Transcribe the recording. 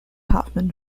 hoffman